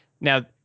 now